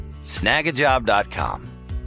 Snagajob.com